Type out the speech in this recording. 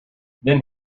then